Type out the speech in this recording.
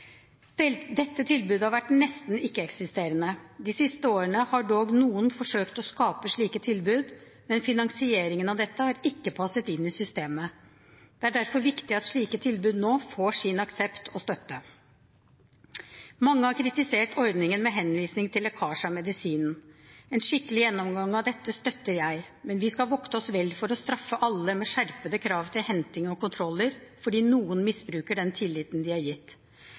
Dette tilbudet har vært nesten ikke-eksisterende. De siste årene har dog noen forsøkt å skape slike tilbud, men finansieringen av dette har ikke passet inn i systemet. Det er derfor viktig at slike tilbud nå får sin aksept og støtte. Mange har kritisert ordningen med henvisning til lekkasje av medisinen. En skikkelig gjennomgang av dette støtter jeg. Men vi skal vokte oss vel for å straffe alle med skjerpede krav til henting og kontroller fordi noen misbruker den tilliten de er gitt.